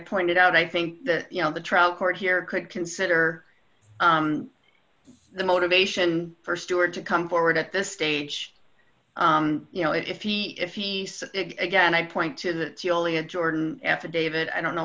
pointed out i think that you know the trial court here could consider the motivation for stewart to come forward at this stage you know if he if he so again i point to that yulia jordan affidavit i don't know